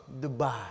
Dubai